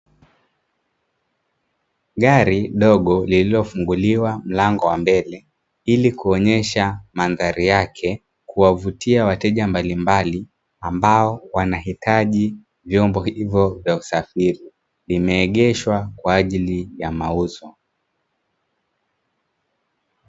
Gari dogo lililofunguliwa mlango wa mbele ili kuonyesha mandhari yake kuwavutia wateja mbalimbali ambao wanahitaji vyombo hivyo vya usafiri vimeegeshwa kwa ajili ya mauzo.